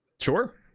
Sure